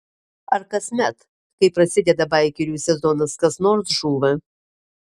ar kasmet kai prasideda baikerių sezonas kas nors žūva